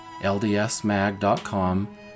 ldsmag.com